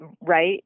right